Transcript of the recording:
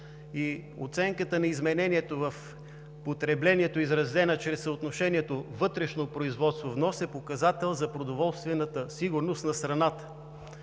Оценката на изменението в потреблението, изразена чрез съотношението вътрешно производство/внос е показател за продоволствената сигурност на страната.